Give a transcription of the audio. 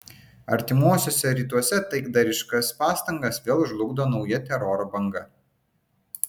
artimuosiuose rytuose taikdariškas pastangas vėl žlugdo nauja teroro banga